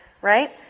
right